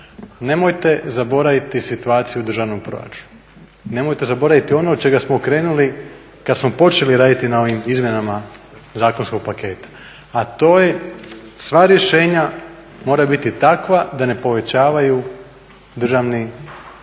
nemojte zaboraviti situaciju u državnom proračunu, nemojte zaboraviti ono od čega smo krenuli kad smo počeli raditi na ovim izmjenama zakonskog paketa, a to je sva rješenja moraju biti takva da ne povećavaju deficit